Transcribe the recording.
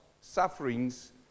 Sufferings